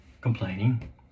complaining